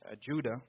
Judah